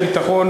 ביטחון,